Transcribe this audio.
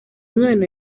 mwana